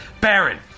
Baron